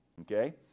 okay